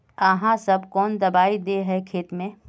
आहाँ सब कौन दबाइ दे है खेत में?